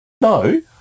No